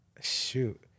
shoot